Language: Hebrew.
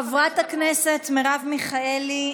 חברת הכנסת מרב מיכאלי,